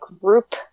group